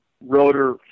rotor